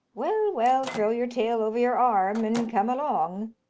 well, well, throw your tail over your arm, and come along.